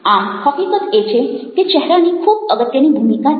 આમ હકીકત એ છે કે ચહેરાની ખૂબ અગત્યની ભૂમિકા છે